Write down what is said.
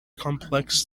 complex